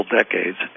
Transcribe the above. decades